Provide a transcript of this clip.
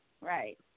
right